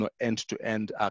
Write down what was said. end-to-end